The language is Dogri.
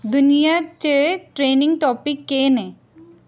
दुनिया च ट्रेंनिंग टापिक केह् न